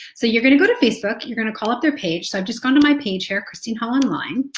so you're going to go to facebook and you're gonna call up their page, so i've just gone to my page here christine hull online.